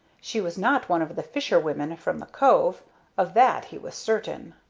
she was not one of the fisher-women from the cove of that he was certain.